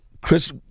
Chris